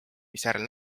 misjärel